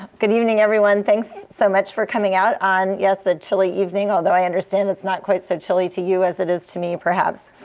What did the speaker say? good evening, everyone. thanks so much for coming out on, yes, a chilly evening, although i understand it's not quite so chilly to you as it is to me, perhaps.